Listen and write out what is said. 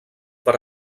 per